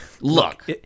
Look